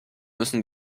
müssen